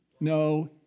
No